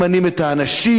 ממנים את האנשים,